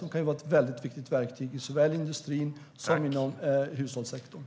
Det kan vara ett viktigt verktyg i såväl industrin som hushållssektorn.